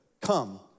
come